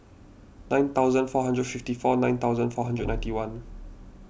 nine thousand four hundred and fifty four nine thousand four hundred and ninety one